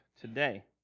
today